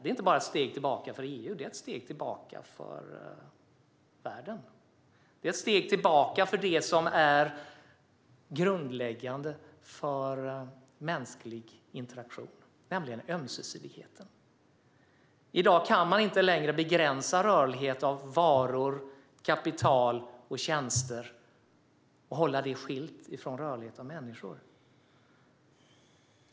Det är inte bara ett steg tillbaka för EU, utan det är ett steg tillbaka för världen. Det är ett steg tillbaka för det som är grundläggande för mänsklig interaktion, nämligen ömsesidigheten. I dag kan man inte längre begränsa rörlighet för varor, kapital och tjänster och hålla det skilt från rörlighet för människor.